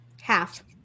Half